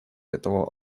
этого